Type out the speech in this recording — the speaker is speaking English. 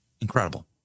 incredible